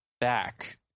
back